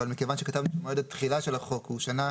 אבל מכיוון שכתבנו שמועד התחילה של החוק הוא שנה